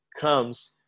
comes